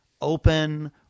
open